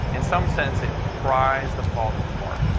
in some sense, it pries the fault apart,